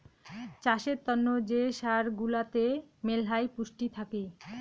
চাষের তন্ন যে সার গুলাতে মেলহাই পুষ্টি থাকি